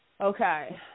okay